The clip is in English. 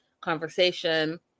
conversation